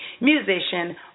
musician